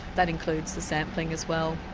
that includes the sampling as well.